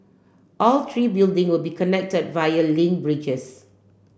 all three building will be connected via link bridges